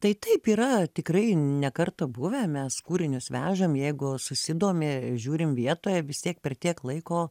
tai taip yra tikrai ne kartą buvę mes kūrinius vežam jeigu susidomi žiūrim vietoje vis tiek per tiek laiko